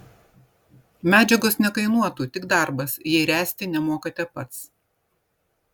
medžiagos nekainuotų tik darbas jei ręsti nemokate pats